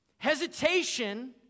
Hesitation